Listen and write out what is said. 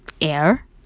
air